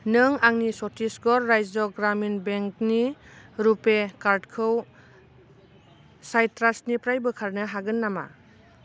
नों आंनि चत्तिसगर राज्य ग्रामिन बेंक नि रुपे कार्डखौ साइट्रासनिफ्राय बोखारनो हागोन नामा